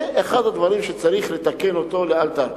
זה אחד הדברים שצריך לתקן לאלתר.